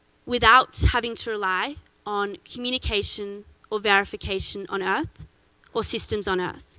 without having to rely on communication or verification on earth or systems on earth.